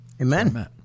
Amen